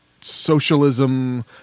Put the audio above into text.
socialism